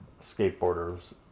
skateboarders